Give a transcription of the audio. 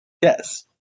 Yes